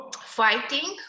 fighting